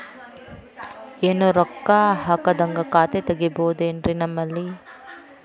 ಏನು ರೊಕ್ಕ ಹಾಕದ್ಹಂಗ ಖಾತೆ ತೆಗೇಬಹುದೇನ್ರಿ ನಿಮ್ಮಲ್ಲಿ?